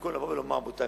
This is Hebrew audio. במקום לבוא ולומר: רבותי,